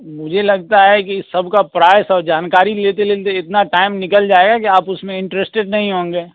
मुझे लगता है कि सब का प्राइस और जानकारी लेते लेते इतना टाइम निकल जाएगा कि आप उसमें इंटरेस्टेड नहीं होंगे